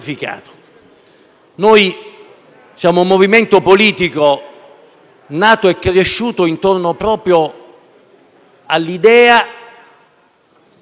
nostro è un movimento politico nato e cresciuto intorno proprio all'idea